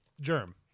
germ